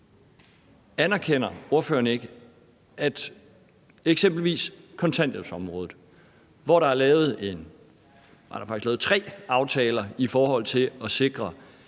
Anerkender ordføreren ikke, at eksempelvis kontanthjælpsområdet, hvor der faktisk er lavet tre aftaler i forhold til at sikre